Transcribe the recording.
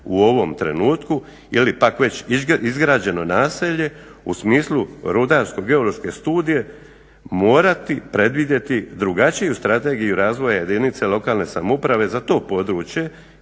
u ovom trenutku ili pak već izgrađeno naselje u smislu rudarsko-geološke studije morati predvidjeti drugačiju Strategiju razvoja jedinice lokalne samouprave za to područje